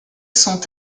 sont